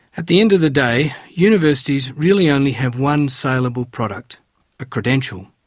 the end of the day, universities really only have one saleable product a credential.